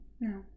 no